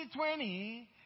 2020